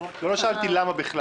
לא שאלתי "למה בכלל".